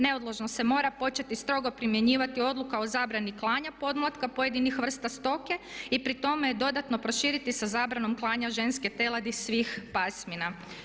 Neodložno se mora početi strogo primjenjivati Odluka o zabrani klanja podmlatka pojedinih vrsta stoke i pri tome dodatno proširiti sa zabranom klanja ženske teladi svih pasmina.